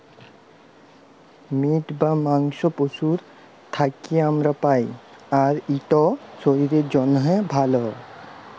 meet বা মাংস পশুর থ্যাকে আমরা পাই, আর ইট শরীরের জ্যনহে ভাল